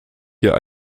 hier